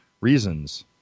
reasons